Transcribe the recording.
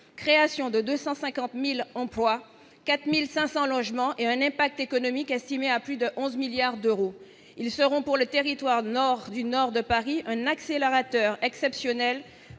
création de 250000 emplois 4500 logements et un impact économique estimée à plus de 11 milliards d'euros, ils seront pour le territoire du nord du nord de Paris, un accélérateur exceptionnel